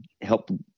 help